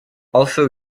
also